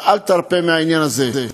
ואל תרפה מהעניין הזה.